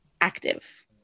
active